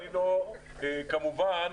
אני כמובן